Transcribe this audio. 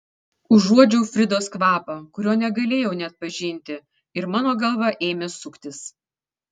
užuodžiau fridos kvapą kurio negalėjau neatpažinti ir mano galva ėmė suktis